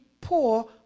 poor